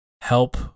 help